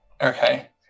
Okay